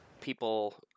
people